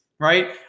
right